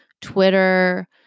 Twitter